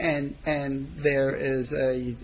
and and there is